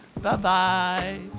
Bye-bye